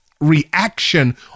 reaction